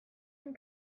and